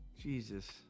Jesus